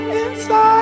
inside